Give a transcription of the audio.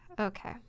Okay